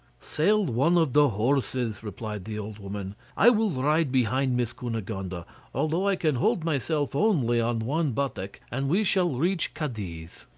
sell one of the horses, replied the old woman. i will ride behind miss cunegonde, ah though i can hold myself only on one buttock, and we shall reach cadiz.